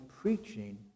preaching